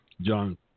John